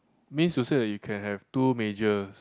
means you say that you can have two majors